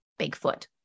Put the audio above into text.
Bigfoot